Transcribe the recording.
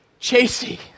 Chasey